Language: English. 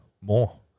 more